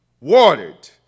watered